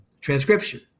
transcription